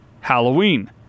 Halloween